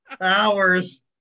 Hours